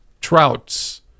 Trout's